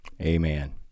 amen